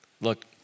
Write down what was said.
Look